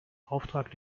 auftrag